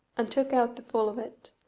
and took out the full of it,